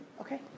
Okay